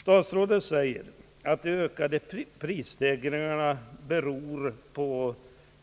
Statsrådet säger att de ökade prisstegringarna beror på